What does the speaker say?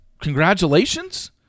congratulations